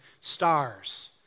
stars